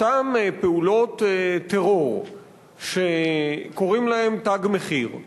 אותן פעולות טרור שקוראים להן "תג מחיר"